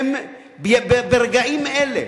ברגעים אלה